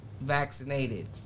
vaccinated